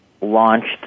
launched